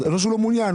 לא שהוא לא מעוניין,